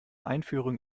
einführung